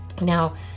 now